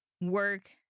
work